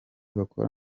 bakora